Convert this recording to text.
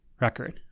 record